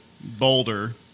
Boulder